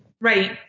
Right